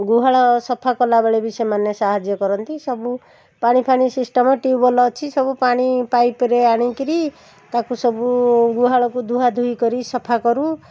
ଗୁହାଳ ସଫା କଲାବେଳେ ବି ସେମାନେ ସାହାଯ୍ୟ କରନ୍ତି ସବୁ ପାଣିଫାଣି ସିଷ୍ଟମ୍ ଟିୱେଲ୍ ଅଛି ସବୁ ପାଣି ପାଇପ୍ରେ ଆଣିକରି ତାକୁ ସବୁ ଗୁହାଳକୁ ଧୁଆଧୁଇ କରି ସଫା କରୁ